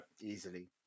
Easily